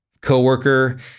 Coworker